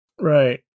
Right